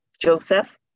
Joseph